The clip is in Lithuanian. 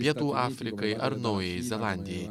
pietų afrikai ar naujajai zelandijai